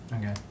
okay